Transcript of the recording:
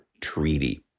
Treaty